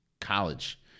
college